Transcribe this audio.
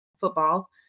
football